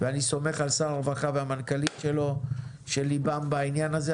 ואני סומך על שר הרווחה והמנכ"לית שלו שליבם בעניין הזה,